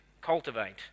cultivate